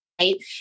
right